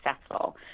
successful